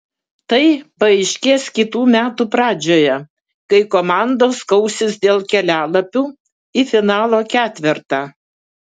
tai paaiškės kitų metų pradžioje kai komandos kausis dėl kelialapių į finalo ketvertą